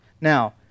Now